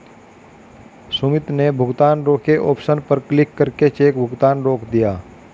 सुमित ने भुगतान रोके ऑप्शन पर क्लिक करके चेक भुगतान रोक दिया